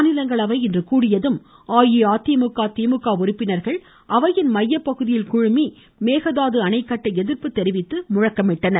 மாநிலங்களவை இன்று கூடியதும் அஇஅதிமுக திமுக உறுப்பினர்கள் அவையின் மைய பகுதியில் குழுமி மேகதாது அணை கட்ட எதிர்ப்பு தெரிவித்து ழழக்கமிட்டனர்